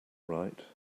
right